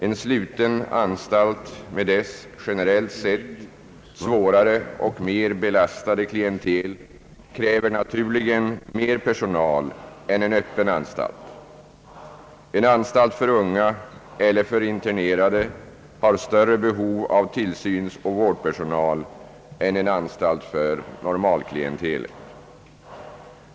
En sluten anstalt med dess, generellt sett, svårare och mer belastade klientel kräver naturligen mer personal än en öppen anstalt. En anstalt för unga eller för internerade har större behov av tillsynsoch vårdpersonal än en anstalt för normalklientel.